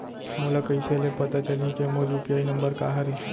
मोला कइसे ले पता चलही के मोर यू.पी.आई नंबर का हरे?